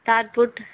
தாட்பூட்